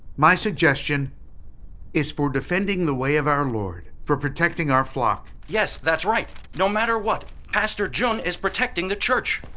my suggestion is for defending the way of our lord for protecting our flock. yes, that's right! no matter what, pastor zheng is protecting the church!